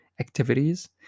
activities